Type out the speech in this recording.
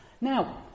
Now